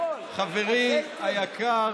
חברי היקר,